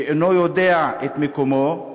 שאינו יודע את מקומו.